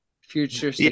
future